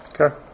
Okay